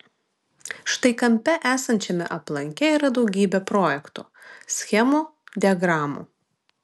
štai kampe esančiame aplanke yra daugybė projektų schemų diagramų